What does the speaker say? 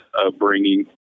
upbringing